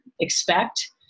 expect